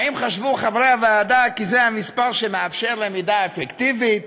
האם חשבו חברי הוועדה כי זה המספר שמאפשר למידה אפקטיבית